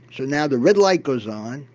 so now the red light goes on,